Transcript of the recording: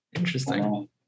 Interesting